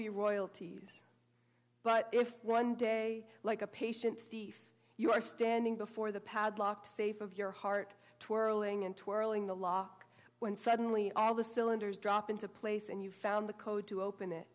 be royalties but if one day like a patient thief you are standing before the padlock safe of your heart twirling and twirling the lock when suddenly all the cylinders drop into place and you found the code to open it